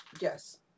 Yes